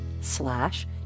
slash